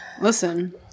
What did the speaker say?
listen